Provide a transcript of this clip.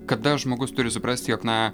kada žmogus turi suprasti jog na